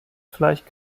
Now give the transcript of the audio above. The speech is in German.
vielleicht